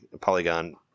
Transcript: polygon